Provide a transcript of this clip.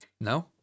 No